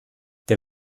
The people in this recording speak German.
der